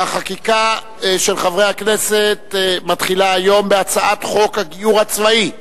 והחקיקה של חברי הכנסת מתחילה היום בהצעת חוק הגיור הצבאי,